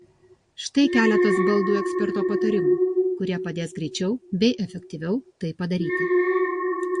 štai keletas baldų eksperto patarimų kurie padės greičiau bei efektyviau tai padaryti